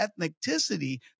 ethnicity